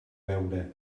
beure